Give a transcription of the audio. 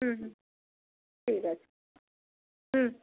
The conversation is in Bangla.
হুম হুম ঠিক আছে হুম